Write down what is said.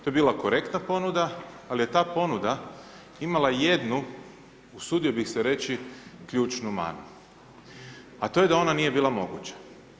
To je bila korektna ponuda, ali je ta ponuda imala jednu usudio bih se reći ključnu manu, a to je da ona nije bila moguća.